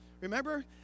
Remember